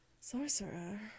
sorcerer